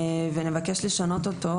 ונבקש לשנות אותו